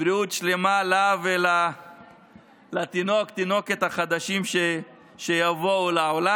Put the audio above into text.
ובריאות שלמה לה ולתינוק או התינוקת החדשים שיבואו לעולם.